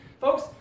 folks